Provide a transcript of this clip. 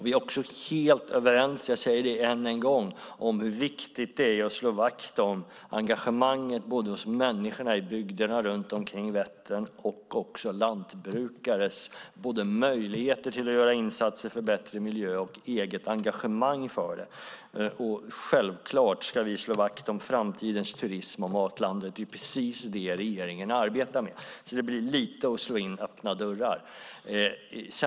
Vi är också helt överens, jag säger det än en gång, om hur viktigt det är slå vakt om engagemanget hos människorna i bygderna runt omkring Vättern och lantbrukares möjligheter att göra insatser för en bättre miljö och deras engagemang för det. Vi ska självfallet slå vakt om framtidens turism och matlandet. Det är precis det regeringen arbetar med. Detta blir lite av att slå in öppna dörrar.